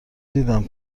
دیدم